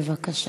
בבקשה.